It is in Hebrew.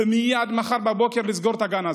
ומייד מחר בבוקר יסגור את הגן הזה.